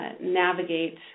navigate